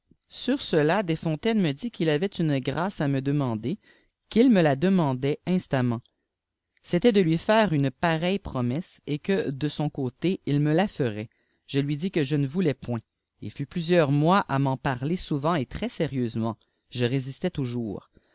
sur cela desfoïitarnes me dit qu'il avait une grâce à me demander qu'il me la démandait instamment c'était de lui faire une pareille promesse et que de son côté il me la ferait je lui dis que je ne voulais point il fut plusieurs mois à m'en parler souvent et très sérieusement je résistais toujours